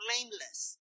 blameless